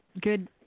good